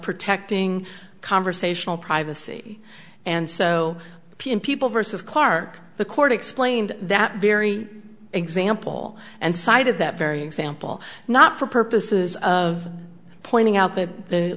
protecting conversational privacy and so people versus clark the court explained that very example and cited that very example not for purposes of pointing out that the